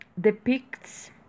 depicts